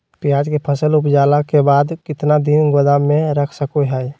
प्याज के फसल उपजला के बाद कितना दिन गोदाम में रख सको हय?